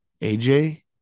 AJ